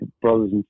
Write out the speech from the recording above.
brothers